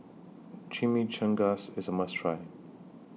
Chimichangas IS A must Try